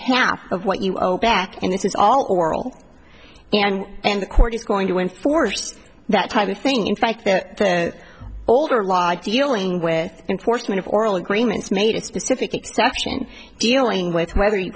half of what you owe back and it's all oral and the court is going to enforce that type of thing in fact that the older law dealing with enforcement of oral agreements made a specific section dealing with whether you